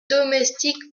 domestiques